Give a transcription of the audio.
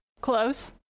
Close